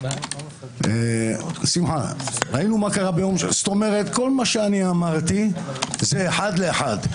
כלומר כל מה שאמרתי זה אחד לאחד.